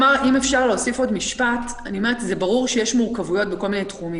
מפעיל של מקום שלא יישם מנגנון לוויסות למנוע חריגה מהתפוסה